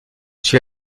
suis